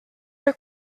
are